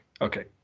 Okay